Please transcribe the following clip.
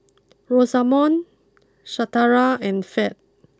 Rosamond Shatara and Ferd